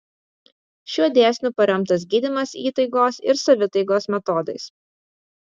šiuo dėsniu paremtas gydymas įtaigos ir savitaigos metodais